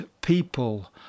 people